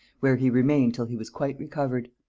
where he remained till he was quite recovered.